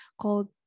called